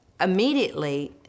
immediately